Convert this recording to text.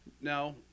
Now